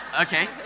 Okay